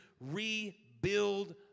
rebuild